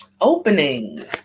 opening